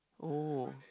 oh